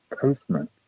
postman